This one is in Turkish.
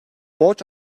borç